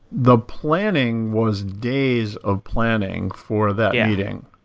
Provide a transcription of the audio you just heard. the planning was days of planning for that meeting.